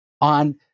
on